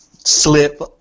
slip